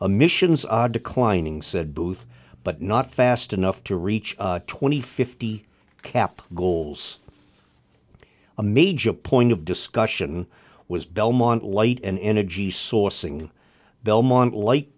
emissions are declining said booth but not fast enough to reach twenty fifty cap goals a major point of discussion was belmont light and energy sourcing belmont li